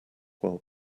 while